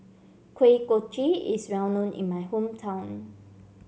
Kuih Kochi is well known in my hometown